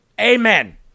Amen